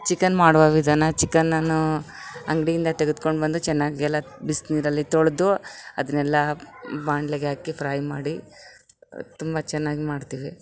chicken ಮಾಡುವ ವಿಧಾನ ಚಿಕನನ್ನೂ ಅಂಗಡಿಯಿಂದ ತೆಗೆದ್ಕೊಂಡು ಬಂದು ಚೆನ್ನಾಗೆಲ್ಲ ಬಿಸಿನೀರಲ್ಲಿ ತೊಳೆದು ಅದನೆಲ್ಲಾ ಬಾಣ್ಳಿಗೆ ಹಾಕಿ ಫ್ರೈ ಮಾಡಿ ತುಂಬ ಚೆನ್ನಾಗಿ ಮಾಡ್ತಿವಿ